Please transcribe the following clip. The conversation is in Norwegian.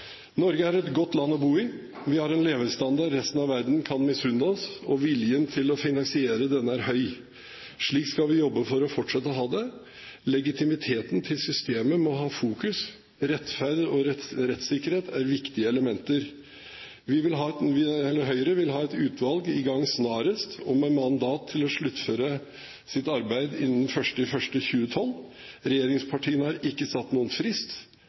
Norge er et godt land å bo i. Vi har en levestandard resten av verden kan misunne oss, og viljen til å finansiere er høy. Slik skal vi jobbe for å fortsette å ha det. Legitimiteten til systemet må ha fokus. Rettferd og rettssikkerhet er viktige elementer. Høyre vil ha et utvalg i gang snarest og med mandat til å sluttføre sitt arbeid innen 1. januar 2012. Regjeringspartiene har ikke satt noen frist,